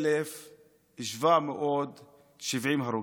1,770 הרוגים.